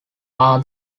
are